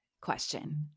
question